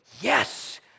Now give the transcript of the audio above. yes